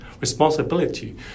responsibility